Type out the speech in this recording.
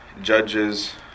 judges